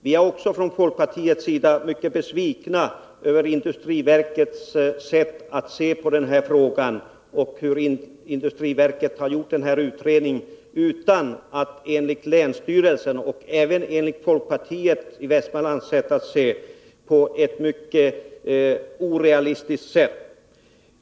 Vi är också från folkpartiets sida mycket besvikna över det mycket orealistiska sätt på vilket industriverket, enligt länsstyrelsen och folkpartiet i Västmanlands län, har gjort den här utredningen på.